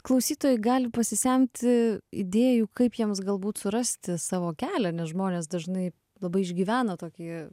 klausytojai gali pasisemti idėjų kaip jiems galbūt surasti savo kelią nes žmonės dažnai labai išgyvena tokį